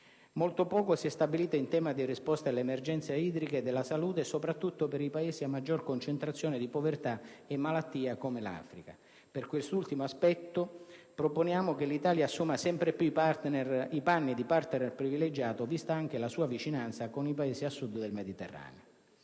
Molto poco si è stabilito in tema di risposte all'emergenza idrica e della salute, soprattutto per i Paesi a maggior concentrazione di povertà e malattia come l'Africa. Per quest'ultimo aspetto proponiamo che l'Italia assuma sempre più i panni di *partner* privilegiato, vista anche la sua vicinanza con i Paesi a Sud del Mediterraneo.